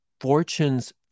Fortune's